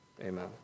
Amen